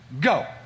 go